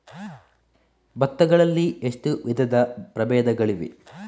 ಭತ್ತ ಗಳಲ್ಲಿ ಎಷ್ಟು ವಿಧದ ಪ್ರಬೇಧಗಳಿವೆ?